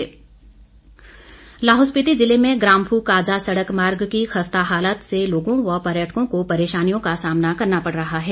लाहौल सड़क लाहौल स्पीति ज़िले में ग्राम्फू काजा सड़क मार्ग की खस्ता हालत से लोगों व पर्यटकों को परेशानियों का सामना करना पड़ रहा है